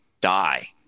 die